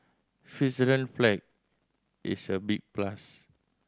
Switzerland flag is a big plus